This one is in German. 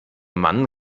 mann